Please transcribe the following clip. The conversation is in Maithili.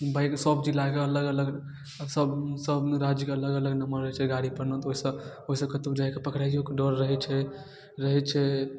बाइक सब जिलाके अलग अलग सब सब राज्यके अलग अलग नम्बर रहै छै गाड़ीपरमे ओहिसँ ओहिसँ कतहु जाइके पकड़ाइओके डर रहै छै रहै छै